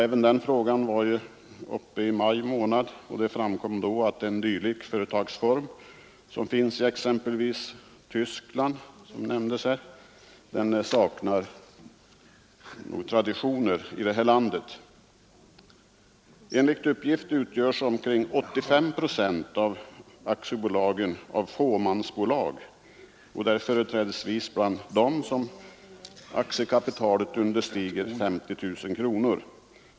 Även den frågan var uppe i riksdagen i maj månad, och det framkom då att en dylik företagsform, som finns i exempelvis Tyskland, saknar traditioner i det här landet. Enligt uppgift utgörs omkring 85 procent av aktiebolagen av fåmansbolag. Det är företrädesvis bland dem som aktiekapitalet understiger 50 000 kronor.